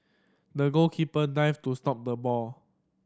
the goalkeeper dived to stop the ball